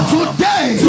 Today